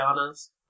honest